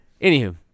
Anywho